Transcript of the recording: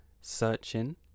*Searching*